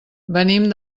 venim